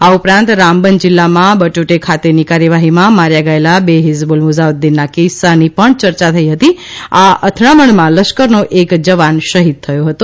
આ ઉપરાંત રામબન જિલ્લામાં બટોટે ખાતેની કાર્યવાહીમાં માર્યા ગયેલા બે હીઝબુલ મુજાહીદ્દીનના કિસ્સાની પણ ચર્ચા થઇ હતી આ અડામણમાં લશ્કરનો એક જવાન શહી થયો હતો